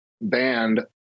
banned